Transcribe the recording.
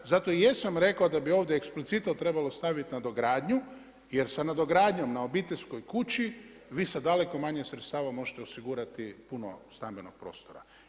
Zato i jesam rekao da bi ovdje eksplicite trebalo staviti nadogradnju jer se nadogradnjom na obiteljskoj kući vi sa daleko manje sredstava možete osigurati puno stambenog prostora.